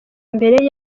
mbere